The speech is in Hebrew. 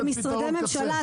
כמשרדי ממשלה,